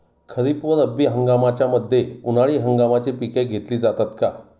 खरीप व रब्बी हंगामाच्या मध्ये उन्हाळी हंगामाची पिके घेतली जातात का?